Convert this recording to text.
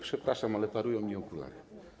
Przepraszam, ale parują mi okulary.